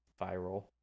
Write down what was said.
viral